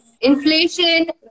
inflation